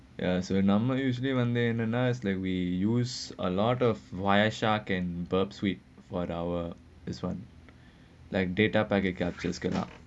ya so the normal usually one recognise leh we use a lot of wires shock and bird shit for our this [one] like data packet up closed switch